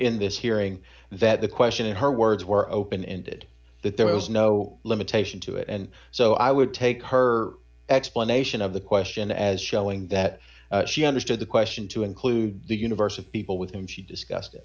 hearing that the question her words were open ended that there was no limitation to it and so i would take her explanation of the question as showing that she understood the question to include the universe of people with whom she discussed